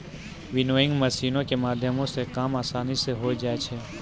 winnowing मशीनो के माध्यमो से काम असानी से होय जाय छै